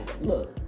look